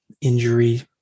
injury